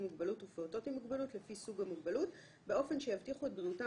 מוגבלות ופעוטות עם מוגבלות לפי סוג המוגבלות באופן שיבטיחו את בריאותם